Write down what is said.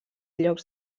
llocs